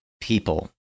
people